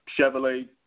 Chevrolet